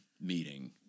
meeting